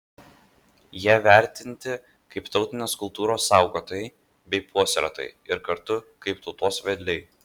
jie vertinti kaip tautinės kultūros saugotojai bei puoselėtojai ir kartu kaip tautos vedliai